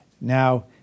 Now